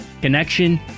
connection